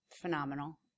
phenomenal